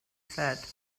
said